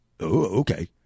Okay